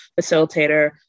facilitator